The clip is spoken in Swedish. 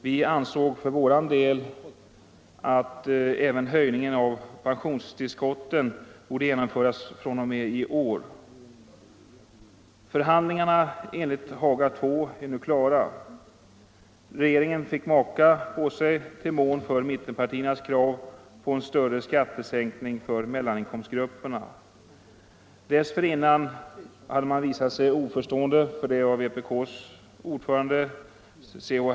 Vi ansåg för vår del att även höjningen av pensionstillskotten borde genomföras fr.o.m. i år. Förhandlingarna enligt Haga II är nu klara. Regeringen fick maka på sig till förmån för mittenpartiernas krav på en större skattesänkning för mellaninkomstgrupperna. Dessförinnan hade man visat sig oförstående för det av vpk:s ordförande C.-H.